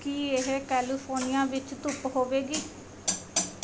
ਕੀ ਇਹ ਕੈਲੀਫੋਨੀਆ ਵਿੱਚ ਧੁੱਪ ਹੋਵੇਗੀ